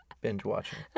binge-watching